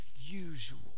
usual